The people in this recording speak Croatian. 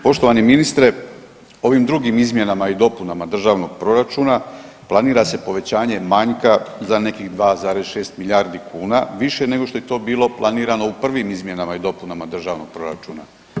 Poštovani ministre, ovim drugim izmjenama i dopunama državnog proračuna planira se povećanje manjka za nekih 2,6 milijardi kuna više nego što je to bilo planirano u prvim izmjenama i dopunama državnog proračuna.